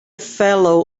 fellow